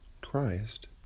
Christ